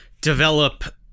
develop